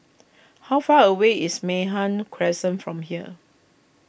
how far away is Mei Hwan Crescent from here